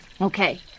Okay